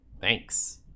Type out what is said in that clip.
Thanks